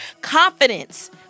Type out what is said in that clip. confidence